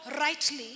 rightly